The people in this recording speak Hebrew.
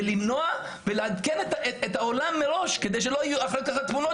למנוע ולעדכן את העולם מראש כדי שאחר כך התמונות